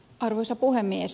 arvoisa puhemies